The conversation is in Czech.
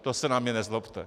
To se na mě nezlobte.